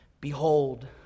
Behold